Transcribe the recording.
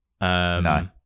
No